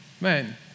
Man